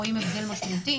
רואים הבדל משמעותי.